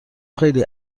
خیلی